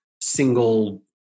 single